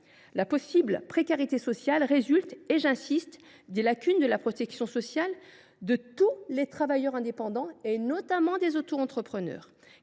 la possible précarité sociale est à relier, j’y insiste, aux lacunes de la protection sociale de tous les travailleurs indépendants, notamment des autoentrepreneurs,